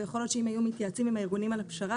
ויכול להיות שאם היו מתייעצים עם הארגונים על הפשרה